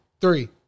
Three